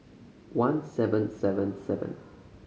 one seven seven seven